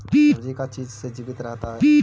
सब्जी का चीज से जीवित रहता है?